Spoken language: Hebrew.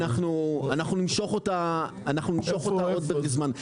אנחנו נמשוך אותה עוד יותר זמן,